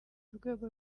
rwego